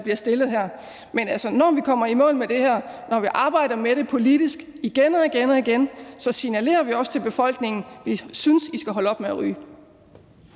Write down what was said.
bliver stillet her. Men når vi kommer i mål med det her, når vi arbejder med det politisk igen og igen, så signalerer vi også til befolkningen: Vi synes, at I skal holde op med at ryge.